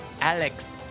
Alex